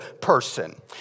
person